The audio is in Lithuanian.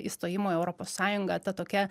įstojimo į europos sąjungą ta tokia